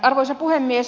arvoisa puhemies